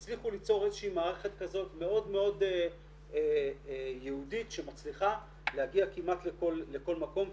הם הצליחו ליצור מערכת מאוד מאוד ייעודית שמצליחה להגיע כמעט לכל מקום.